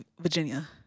Virginia